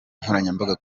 nkoranyambaga